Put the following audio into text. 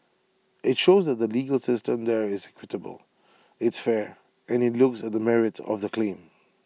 IT shows that the legal system there is equitable it's fair and IT looks at the merits of the claim